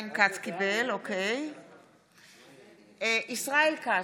מצביע ישראל כץ,